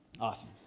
Awesome